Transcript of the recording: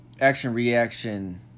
action-reaction